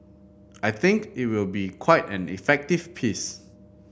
I think it will be quite an effective piece